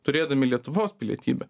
turėdami lietuvos pilietybę